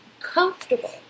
comfortable